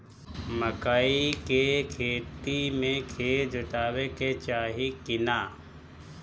मकई के खेती मे खेत जोतावे के चाही किना?